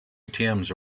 atms